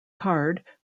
card